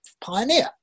pioneer